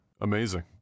Amazing